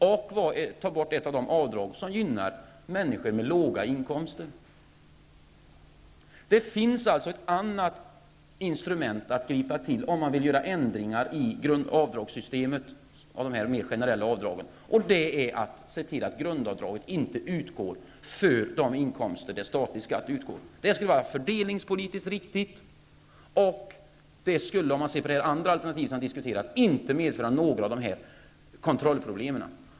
Det är att ta bort ett avdrag som gynnar människor med låga inkomster. Det finns alltså ett annat instrument att gripa till om man vill genomföra ändringar i avdragssystemet -- det gäller de mer generella avdragen -- och det är att se till att grundavdraget slopas för de inkomster där statlig skatt utgår. Det skulle vara fördelningspolitiskt riktigt och i motsats till några andra alternativ som diskuterats inte medföra kontrollproblem.